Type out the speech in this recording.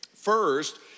First